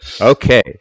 Okay